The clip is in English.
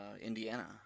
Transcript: Indiana